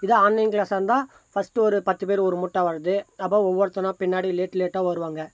இதே ஆன்லைன் கிளாஸாக இருந்தால் ஃபஸ்ட்டு ஒரு பத்து பேர் ஒரு முட்டா வரது அப்புறம் ஒவ்வொருத்தனாக பின்னாடி லேட் லேட்டாக வருவாங்க